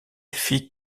fit